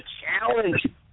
challenge